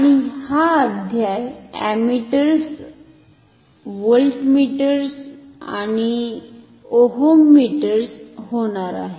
आणि हा अध्याय अमीटर्स व्होल्टमीटर्स आणि ओहममीटरवर होणार आहे